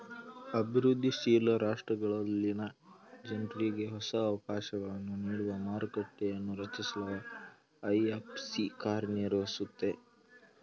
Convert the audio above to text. ಅಭಿವೃದ್ಧಿ ಶೀಲ ರಾಷ್ಟ್ರಗಳಲ್ಲಿನ ಜನ್ರುಗೆ ಹೊಸ ಅವಕಾಶಗಳನ್ನು ನೀಡುವ ಮಾರುಕಟ್ಟೆಯನ್ನೂ ರಚಿಸಲು ಐ.ಎಫ್.ಸಿ ಕಾರ್ಯನಿರ್ವಹಿಸುತ್ತೆ